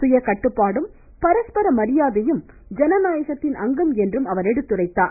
சுய கட்டுப்பாடும் பரஸ்பர மரியாதையும் ஜனநாயகத்தின் அங்கம் என்றும் பிரதமர் எடுத்துரைத்தார்